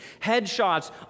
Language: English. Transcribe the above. headshots